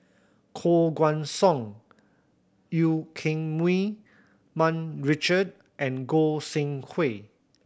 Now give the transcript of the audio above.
Koh Guan Song Eu Keng Mun Richard and Goi Seng Hui